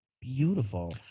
beautiful